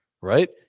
right